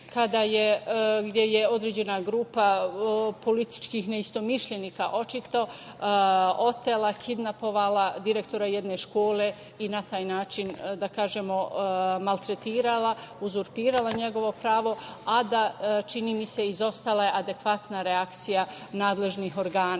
gde je određena grupa političkih neistomišljenika, očito, otela, kidnapovala direktora jedne škole i na taj način maltretirala, uzurpirala njegovo prava, a čini mi se da je izostala adekvatna reakcija nadležnih organa.